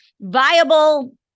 viable